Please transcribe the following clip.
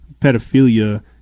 pedophilia